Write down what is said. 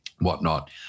whatnot